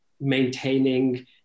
maintaining